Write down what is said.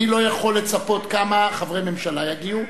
אני לא יכול לצפות כמה חברי ממשלה יגיעו,